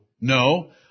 No